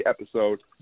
episode